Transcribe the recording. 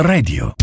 Radio